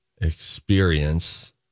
experience